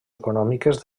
econòmiques